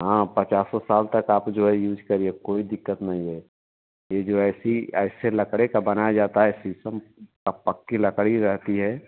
हाँ पचासों साल तक आप जो है यूज़ करिए कोई दिक्कत नहीं है यह जो ऐसी ऐसे लकड़े का बनाया जाता है शीशम प पक्की लकड़ी रहती है